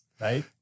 Right